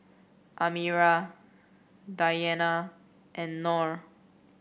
Amirah Diyana and Nor